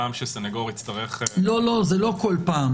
שסנגור יצטרך- -- זה לא כל פעם.